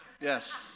Yes